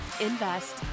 invest